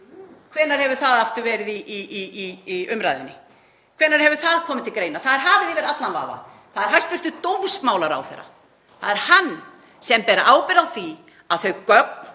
Hvenær hefur það aftur verið í umræðunni? Hvenær hefur það komið til greina? Það er hafið yfir allan vafa. Það er hæstv. dómsmálaráðherra sem ber ábyrgð á því að þau gögn